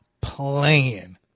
playing